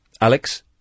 Alex